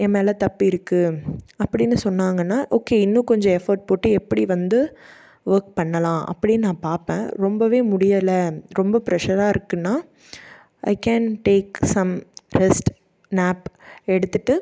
என் மேல் தப்பிருக்குது அப்படின்னு சொன்னாங்கன்னால் ஓகே இன்னும் கொஞ்சம் எஃபோர்ட் போட்டு எப்படி வந்து ஒர்க் பண்ணலாம் அப்படின் நான் பார்ப்பேன் ரொம்பவே முடியலை ரொம்ப ப்ரெஷராக இருக்குன்னால் I can take some rest nap எடுத்துட்டு